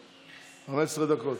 לרשותך 15 דקות.